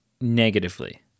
negatively